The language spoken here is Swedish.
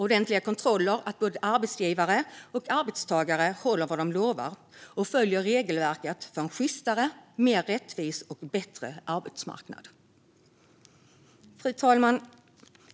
Ordentliga kontroller av att både arbetsgivare och arbetstagare håller vad de lovat och följer regelverket för en sjystare, mer rättvis och bättre arbetsmarknad. Fru talman!